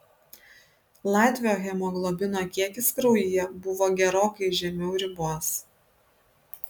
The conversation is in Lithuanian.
latvio hemoglobino kiekis kraujyje buvo gerokai žemiau ribos